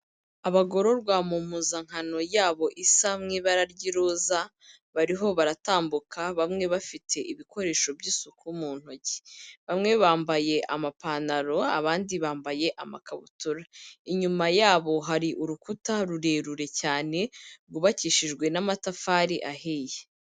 Abagororwa mu mpuzankano yabo isa mu ibara ry'iroza bariho baratambuka bamwe bafite ibikoresho by'isuku mu ntoki, bamwe bambaye amapantaro abandi bambaye amakabutura, inyuma yabo hari urukuta rurerure cyane rwubakishijwe n'amatafari ahiye.